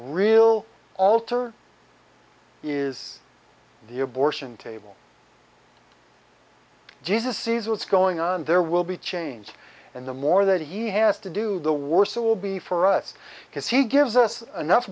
real altar is the abortion table jesus sees what's going on there will be change and the more that he has to do the worse it will be for us because he gives us enough